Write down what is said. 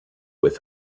with